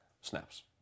snaps